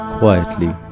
quietly